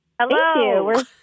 Hello